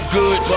good